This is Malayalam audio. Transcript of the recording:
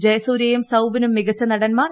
ജയസൂര്യയും സൌബിനും മികച്ച നടൻമാർ